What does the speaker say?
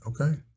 Okay